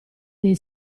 dei